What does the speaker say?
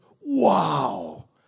wow